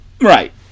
right